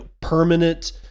permanent